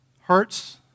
hurts